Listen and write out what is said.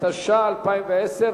אין נמנעים.